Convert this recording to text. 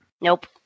Nope